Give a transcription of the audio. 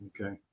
Okay